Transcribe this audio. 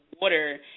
water